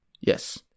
Yes